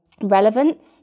relevance